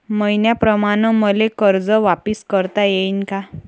मईन्याप्रमाणं मले कर्ज वापिस करता येईन का?